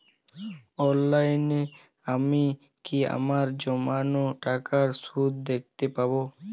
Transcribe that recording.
অনলাইনে আমি কি আমার জমানো টাকার সুদ দেখতে পবো?